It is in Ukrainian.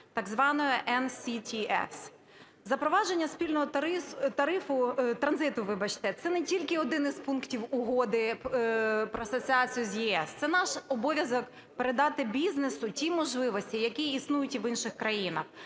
так званої NCTS. Запровадження спільного тарифу, транзиту, вибачте, це не тільки один із пунктів Угоди про асоціацію з ЄС, це наш обов'язок – передати бізнесу ті можливості, які існують і в інших країнах.